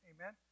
Amen